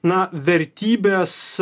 na vertybės